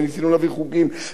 וניסינו להעביר חוקים,